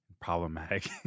problematic